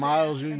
Miles